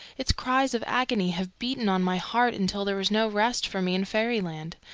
its cries of agony have beaten on my heart until there was no rest for me in fairyland.